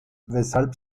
weshalb